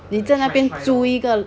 你在那边租一个